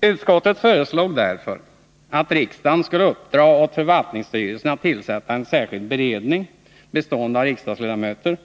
Utskottet föreslog därför att riksdagen skulle uppdra åt förvaltningsstyrelsen att tillsätta en särskild beredning, bestående av riksdagsledamöter,